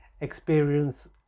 experience